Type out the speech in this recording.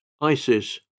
ISIS